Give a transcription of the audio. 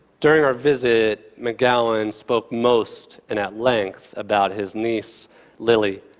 during our visit, mcgowan spoke most and at length about his niece lily,